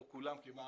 פה כולם כמעט,